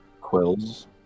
quills